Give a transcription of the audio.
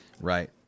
Right